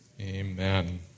amen